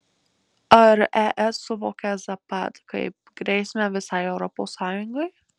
ar es suvokia zapad kaip grėsmę visai europos sąjungai